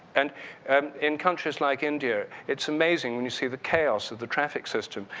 and in countries like india, it's amazing when you see the chaos of the traffic system,